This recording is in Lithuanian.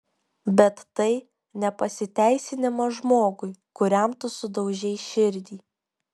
bet tai ne pasiteisinimas žmogui kuriam tu sudaužei širdį